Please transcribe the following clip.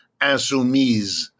Insoumise